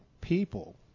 people